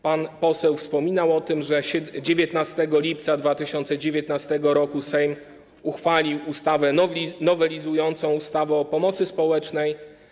Pan poseł wspominał o tym, że 19 lipca 2019 r. Sejm uchwalił ustawę nowelizującą ustawę o pomocy społecznej.